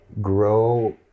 grow